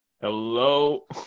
Hello